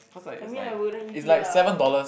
I mean I wouldn't eat it lah